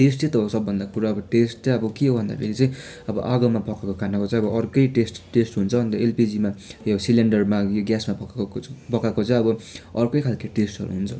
टेस्टै त हो सबभन्दा कुरो अब टेस्ट चाहिँ अब के हो भन्दाखेरि चाहिँ अब आगोमा पकाएको खानाको चाहिँ अब अर्कै टेस्ट टेस्ट हुन्छ अन्त एलपिजीमा यो सिलिन्डरमा यो ग्यासमा पकाएको चाहिँ अब अर्कै खालके टेस्टहरू हुन्छ